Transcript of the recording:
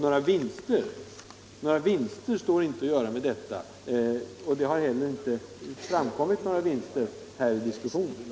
Några vinster står inte att göra med detta. Några sådana har inte heller kunnat påvisas här i diskussionen.